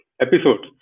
episodes